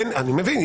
אני מבין,